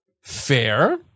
Fair